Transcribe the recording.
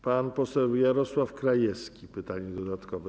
Pan poseł Jarosław Krajewski, pytanie dodatkowe.